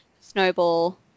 snowball